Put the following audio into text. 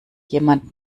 jemand